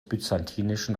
byzantinischen